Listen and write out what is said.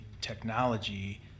technology